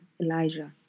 Elijah